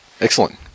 Excellent